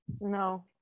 No